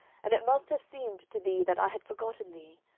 and it must have seemed to thee that i had forgotten thee.